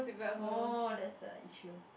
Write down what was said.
oh that's the issue